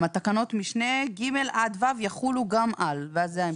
רשום שם "תקנות משנה ג' עד ו' יחול וגם על..." ואז ההמשך.